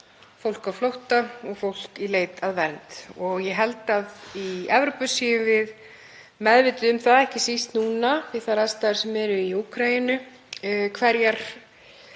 fólk á flótta og fólk í leit að vernd, og ég held að í Evrópu séum við meðvituð um það, ekki síst núna við þær aðstæður sem eru í Úkraínu, hver